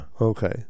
Okay